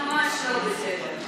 ממש לא בסדר.